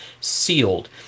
sealed